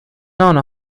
none